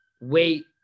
Wait